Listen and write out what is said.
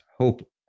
hope